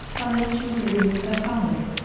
unless she were living with her family.